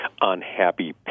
unhappy